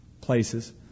places